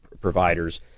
providers